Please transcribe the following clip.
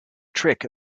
trick